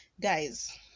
Guys